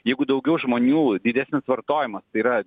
jeigu daugiau žmonių didesnis vartojimas tai yra